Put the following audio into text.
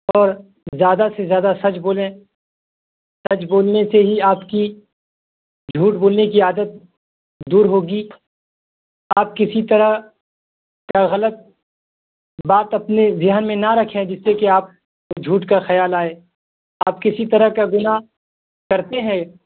اور زیادہ سے زیادہ سچ بولیں سچ بولنے سے ہی آپ کی جھوٹ بولنے کی عادت دور ہوگی آپ کسی طرح کا غلط بات اپنے ذہن میں نہ رکھیں جس سے کہ آپ جھوٹ کا خیال آئے آپ کسی طرح کا گناہ کرتے ہیں